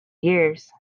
years